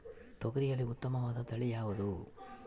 ತೊಗರಿಯಲ್ಲಿ ಉತ್ತಮವಾದ ತಳಿ ಯಾವುದು?